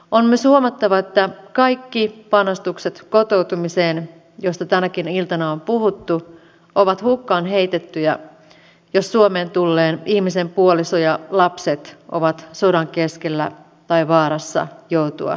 on myös huomattava että kaikki panostukset kotoutumiseen josta tänäkin iltana on puhuttu ovat hukkaan heitettyjä jos suomeen tulleen ihmisen puoliso ja lapset ovat sodan keskellä tai vaarassa joutua sinne takaisin